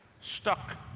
stuck